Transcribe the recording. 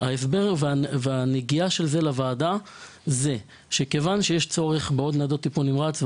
ההסבר והנגיעה של זה לוועדה היא בכך שכשיש צורך בעוד ניידות טיפול נמרץ,